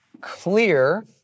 clear